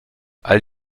all